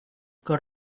cut